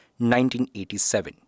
1987